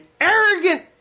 arrogant